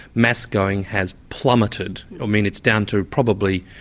mass-going has plummeted, i mean it's down to, probably,